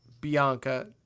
Bianca